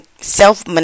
self